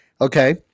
Okay